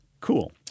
Cool